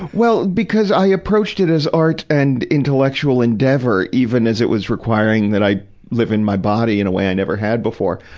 well, because i approached as art and intellectual endeavor, even as it was requiring that i live in my body in a way i never had before.